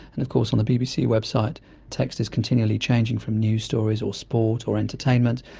and of course on the bbc website text is continually changing from news stories or sport or entertainment,